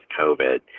COVID